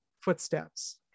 footsteps